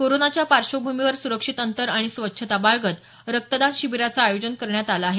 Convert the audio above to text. कोरोनाच्या पार्श्वभूमीवर सुरक्षित अंतर आणि स्वच्छता बाळगत रक्तदान शिबिराचे आयोजन करण्यात आलं आहे